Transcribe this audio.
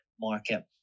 market